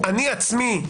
אני עצמי,